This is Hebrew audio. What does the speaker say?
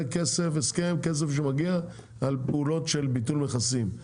זה הסכם כסף שהוא מגיע על פעולות של ביטול מכסים.